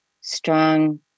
strong